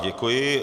Děkuji.